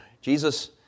Jesus